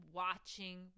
watching